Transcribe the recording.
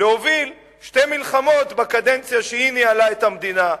להוביל שתי מלחמות בקדנציה שהיא ניהלה את המדינה.